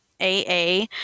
aa